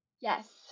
Yes